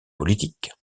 politique